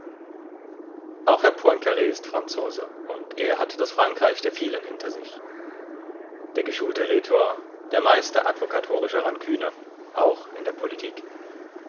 auch herr poincar ist franzose und er hat das frankreich der vielen hinter sich der geschulte rhetor der meister advokatorischer ranküne auch in der politik